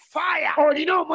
fire